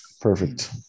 Perfect